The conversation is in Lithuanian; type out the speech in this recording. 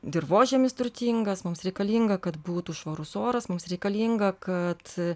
dirvožemis turtingas mums reikalinga kad būtų švarus oras mums reikalinga kad